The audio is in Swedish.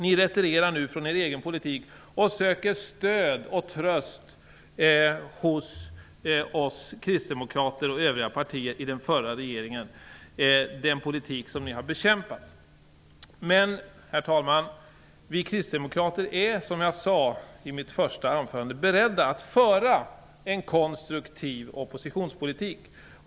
Ni retirerar nu från er egen politik och söker stöd och tröst hos oss kristdemokrater och övriga partier i den förra regeringen. Herr talman! Vi kristdemokrater är, som jag sade i mitt första anförande beredda att föra en konstruktiv oppositionspolitik.